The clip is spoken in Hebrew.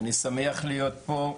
אני שמח להיות פה.